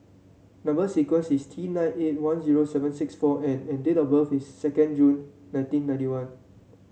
number sequence is T nine eight one zero seven six four N and date of birth is second June nineteen ninety one